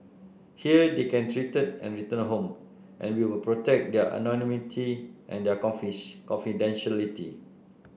here they can treated and return home and we will protect their anonymity and their confidentiality